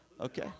Okay